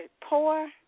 poor